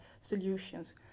solutions